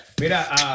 Mira